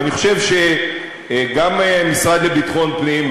ואני חושב שגם המשרד לביטחון פנים,